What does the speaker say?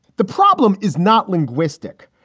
the problem is not linguistic.